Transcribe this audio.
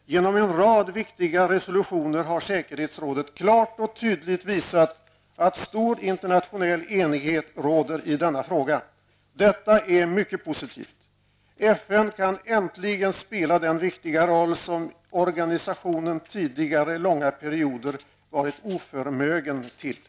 Genom en rad viktiga resolutioner har säkerhetsrådet klart och tydligt visat att stor internationell enighet råder i denna fråga. Detta är mycket positivt. FN kan äntligen spela den viktiga roll som organisationen tidigare långa perioder varit oförmögen till.''